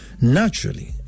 naturally